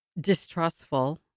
distrustful